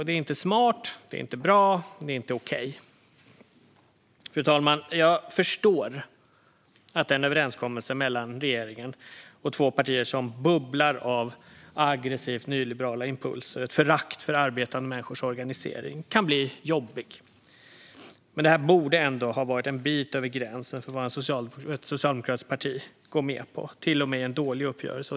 Det är inte smart, det är inte bra och det är inte ok. Fru talman! Jag förstår att en överenskommelse mellan regeringen och två partier som bubblar av aggressivt nyliberala impulser och av ett förakt för arbetande människors organisering kan bli jobbig. Men detta borde ändå ha varit en bit över gränsen för vad ett socialdemokratiskt parti går med på, till och med i en dålig uppgörelse.